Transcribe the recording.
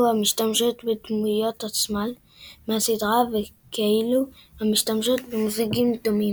המשתמשות בדמויות עצמן מהסדרה וכאלו המשתמשות במושגים דומים.